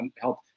help